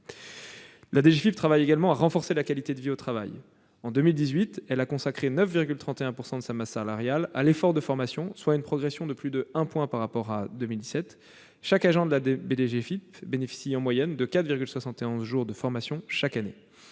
La DGFiP travaille également à renforcer la qualité de vie au travail. Ainsi, en 2018, elle a consacré 9,31 % de sa masse salariale à l'effort de formation, soit une progression de plus de 1 point par rapport à 2017. Chaque agent de la DGFiP bénéficie en moyenne de 4,71 jours de formation chaque année.